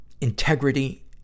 integrity